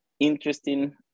Interesting